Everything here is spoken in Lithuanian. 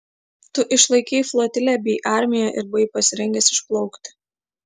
tu išlaikei flotilę bei armiją ir buvai pasirengęs išplaukti